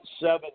seven